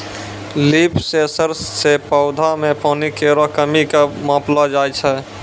leaf sensor सें पौधा म पानी केरो कमी क मापलो जाय छै